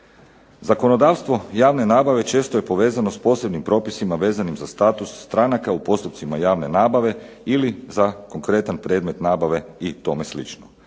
Zakonodavstvo javne nabave često je povezano sa posebnim propisima vezanim za status stranaka u postupcima javne nabave ili za konkretan predmet nabave i tome slično.